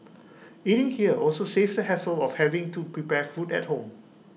eating here also saves the hassle of having to prepare food at home